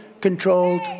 controlled